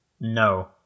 No